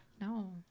no